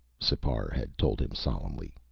sipar had told him solemnly.